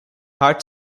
heart